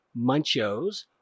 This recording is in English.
Munchos